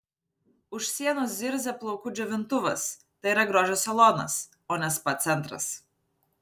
už sienos zirzia plaukų džiovintuvas tai yra grožio salonas o ne spa centras